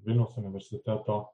vilniaus universiteto